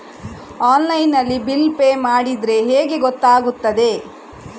Online ನಲ್ಲಿ bill pay ಮಾಡಿದ್ರೆ ಹೇಗೆ ಗೊತ್ತಾಗುತ್ತದೆ?